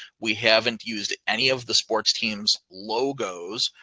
we haven't used any of the sports teams logos.